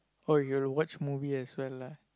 oh you got to watch movie as well lah